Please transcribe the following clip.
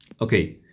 Okay